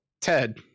Ted